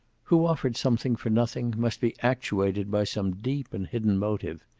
who offered something for nothing must be actuated by some deep and hidden motive.